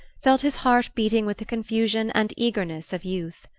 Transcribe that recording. felt his heart beating with the confusion and eagerness of youth.